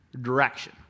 direction